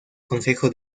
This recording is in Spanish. consejo